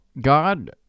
God